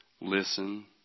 listen